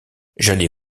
j’allais